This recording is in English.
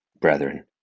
Brethren